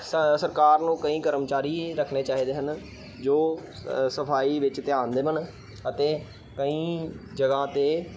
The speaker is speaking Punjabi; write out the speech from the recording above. ਸਾ ਸਰਕਾਰ ਨੂੰ ਕਈ ਕਰਮਚਾਰੀ ਰੱਖਣੇ ਚਾਹੀਦੇ ਹਨ ਜੋ ਸਫਾਈ ਵਿੱਚ ਧਿਆਨ ਦੇਵਣ ਅਤੇ ਕਈ ਜਗ੍ਹਾ 'ਤੇ